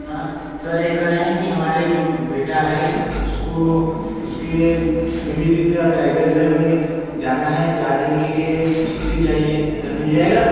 sir यह कह रहे हैं कि हमारा जो बेटा है उसको उसके पीलीभीत टाइगर रिजर्व में जाना है चार दिन के लिए छुट्टी चाहिए सर मिल जाएगा